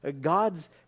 God's